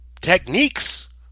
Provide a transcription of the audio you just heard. techniques